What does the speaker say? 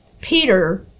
Peter